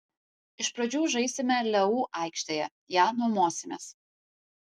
iš pradžių žaisime leu aikštėje ją nuomosimės